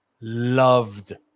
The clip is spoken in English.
loved